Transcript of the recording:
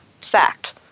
sacked